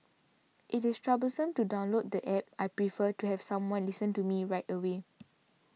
it is troublesome to download the App I prefer to have someone listen to me right away